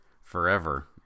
forever